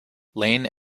lane